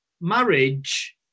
marriage